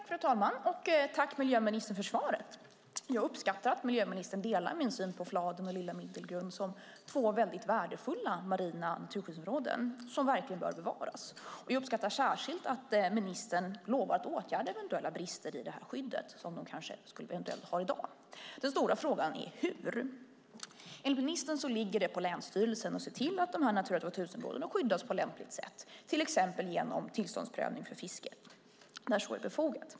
Fru talman! Tack, miljöministern, för svaret! Jag uppskattar att miljöministern delar min syn på Fladen och Lilla Middelgrund som två väldigt värdefulla marina naturskyddsområden som verkligen bör bevaras. Jag uppskattar särskilt att ministern lovar att åtgärda eventuella brister i det skydd som finns i dag. Den stora frågan är dock hur. Enligt ministern ligger det på länsstyrelserna att se till att Natura 2000-områdena skyddas på lämpligt sätt, till exempel genom tillståndsprövning för fiske, när så är befogat.